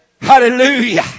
Hallelujah